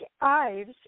Ives